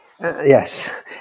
yes